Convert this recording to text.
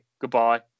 Goodbye